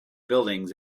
buildings